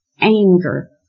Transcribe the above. anger